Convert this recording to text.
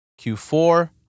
Q4